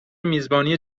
میزبانی